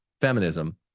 feminism